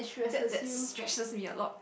that that stressed me a lot